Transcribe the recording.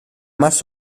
más